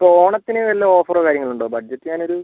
ഇപ്പം ഓണത്തിന് വല്ല ഓഫറോ കാര്യങ്ങളും ഉണ്ടോ ബഡ്ജറ്റ് ഞാനൊരു